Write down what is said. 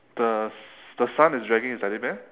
the s~ the son is dragging a teddy bear